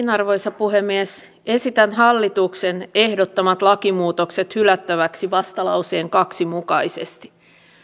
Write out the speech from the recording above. arvoisa puhemies esitän hallituksen ehdottamat lakimuutokset hylättäväksi vastalauseen kaksi mukaisesti